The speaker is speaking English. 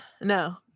no